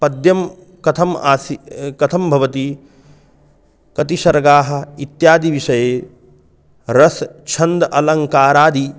पद्यं कथम् आसीत् कथं भवति कति सर्गाः इत्यादि विषये रसः छन्दः अलङ्कारादि